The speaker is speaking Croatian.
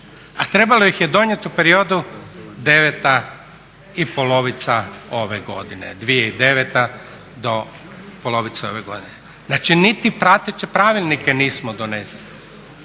deveta i polovica ove godine, 2009. do polovica ove godine. Znači, niti prateće pravilnike nismo donesli